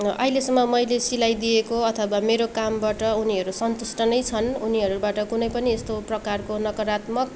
अहिलेसम्म मैले सिलाइदिएको अथवा मेरो कामबाट उनीहरू सन्तुष्ट नै छन् उनीहरूबाट कुनै पनि यस्तो प्रकारको नकारात्मक